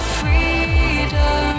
freedom